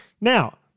Now